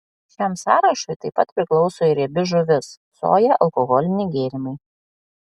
šiam sąrašui taip pat priklauso ir riebi žuvis soja alkoholiniai gėrimai